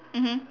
mmhmm